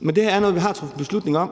Men det her er noget, vi har truffet beslutning om,